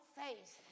faith